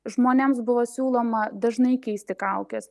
žmonėms buvo siūloma dažnai keisti kaukes